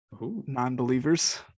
non-believers